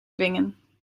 dwingen